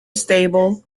stable